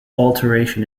alteration